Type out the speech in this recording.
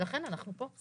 ולכן אנחנו פה.